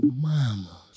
Mama